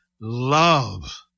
love